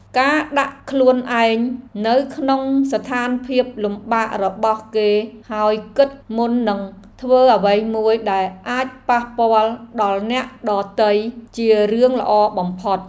ការដាក់ខ្លួនឯងនៅក្នុងស្ថានភាពលំបាករបស់គេហើយគិតមុននឹងធ្វើអ្វីមួយដែលអាចប៉ះពាល់ដល់អ្នកដទៃជារឿងល្អបំផុត។